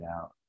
out